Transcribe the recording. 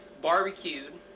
barbecued